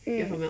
mm